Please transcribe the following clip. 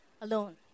alone